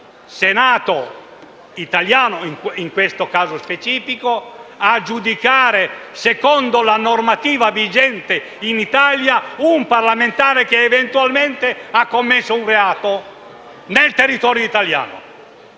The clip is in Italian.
Senato italiano, in questo caso specifico, a giudicare secondo la normativa vigente in Italia un parlamentare, allora europeo e ora italiano, che eventualmente ha commesso un reato nel territorio italiano.